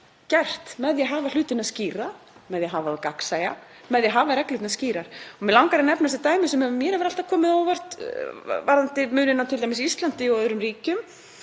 gert með því að hafa hlutina skýra, með því hafa þá gagnsæja, með því að hafa reglurnar skýrar. Mig langar að nefna dæmi sem mér hefur alltaf komið á óvart varðandi muninn á t.d. Íslandi og öðrum ríkjum.